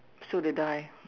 so did I